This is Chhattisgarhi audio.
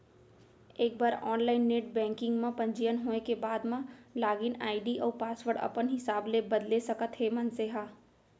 एक बार ऑनलाईन नेट बेंकिंग म पंजीयन होए के बाद म लागिन आईडी अउ पासवर्ड अपन हिसाब ले बदल सकत हे मनसे ह